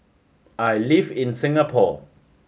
I live in Singapore